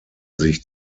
sich